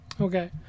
Okay